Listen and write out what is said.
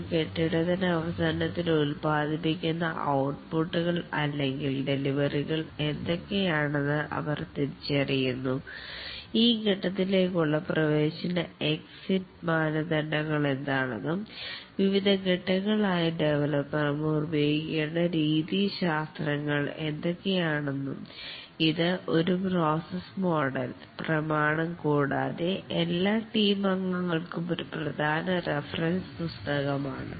ഒരു കെട്ടിടത്തിന് അവസാനത്തിൽ ഉൽപ്പാദിപ്പിക്കുന്ന ഔട്ടപുട്ടുകൾ അല്ലെങ്കിൽ ഡെലിവറികൾ എന്തൊക്കെയാണെന്ന് അവ തിരിച്ചറിയുന്നു ഈ ഘട്ടത്തിൽ ലേക്കുള്ള പ്രവേശന എക്സിറ്റ് മാനദണ്ഡങ്ങൾ എന്താണെന്നും വിവിധ ഘട്ടങ്ങളിലായി ഡെവലപ്പർമാർ ഉപയോഗിക്കേണ്ട രീതി ശാസ്ത്രങ്ങൾ എന്താണെന്നുംഇത് ഒരു പ്രോസസ്സ് മോഡൽ പ്രമാണം കൂടാതെ എല്ലാ ടീം അംഗങ്ങൾക്കും ഒരു പ്രധാന റഫറൻസ് പുസ്തകമാണ്